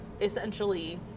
essentially